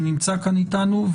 שנמצא כאן איתנו,